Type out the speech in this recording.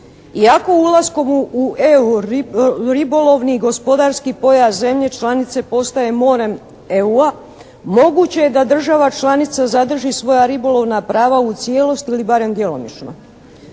Iako ulaskom u EU ribolovni i gospodarski pojas zemlje članice postaje morem EU-a moguće je da država članica zadrži svoja ribolovna prava u cijelosti ili barem djelomično.